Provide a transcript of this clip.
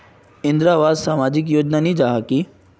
इंदरावास सामाजिक योजना नी जाहा की?